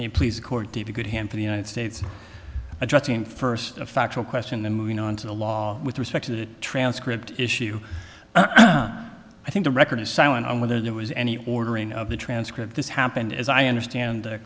me please court t v could hamper the united states addressing first a factual question the moving on to the law with respect to the transcript issue i think the record is silent on whether there was any ordering of the transcript this happened as i understand